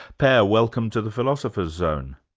per, welcome to the philosopher's zone.